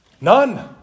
None